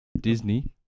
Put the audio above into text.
Disney